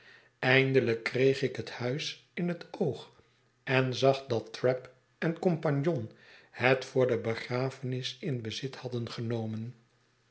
eindelijk kreeg ik het huis in het oog en zag dat trabb en comp het voor de begrafenis in bezit hadden genomen